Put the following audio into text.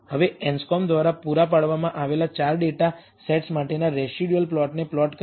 હવે એન્સ્કોમ્બ દ્વારા પૂરા પાડવામાં આવેલા 4 ડેટા સેટ્સ માટેના રેસિડયુઅલ પ્લોટને પ્લોટ કરીએ